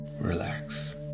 Relax